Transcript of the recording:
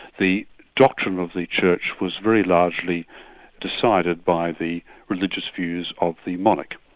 the doctrine of the church was very largely decided by the religious views of the monarch.